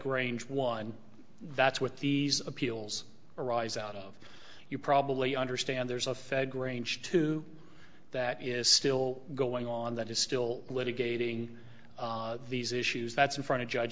grange one that's what these appeals arise out of you probably understand there's a fed grange too that is still going on that is still litigating these issues that's in front of